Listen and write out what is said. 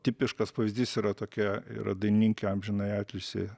tipiškas pavyzdys yra tokia yra dainininkė amžiną jai atilsį